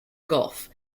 gulf